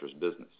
business